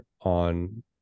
on